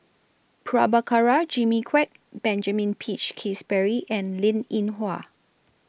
Prabhakara Jimmy Quek Benjamin Peach Keasberry and Linn in Hua